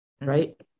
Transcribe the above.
right